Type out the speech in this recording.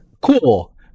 cool